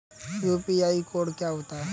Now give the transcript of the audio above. UPI code क्या होता है?